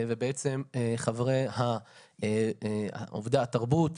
ובעצם חברי עובדי התרבות,